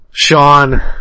Sean